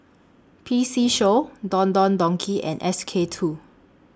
P C Show Don Don Donki and S K two